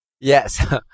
Yes